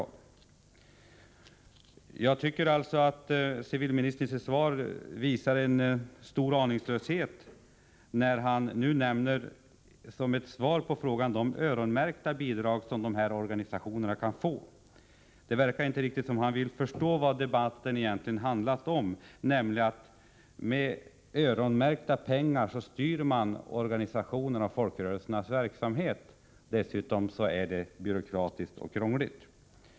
Fredagen den Jag tycker alltså att civilministern i sitt svar visar stor aningslöshet, när han 11 januari 1985 nämner de öronmärkta bidrag som dessa organisationer kan få. Det verkar som om civilministern inte riktigt vill förstå vad debatten egentligen handlat om, nämligen att man med öronmärkta pengar styr organisationernas och folkrörelsernas verksamhet. Dessutom är ett sådant system byråkratiskt och krångligt.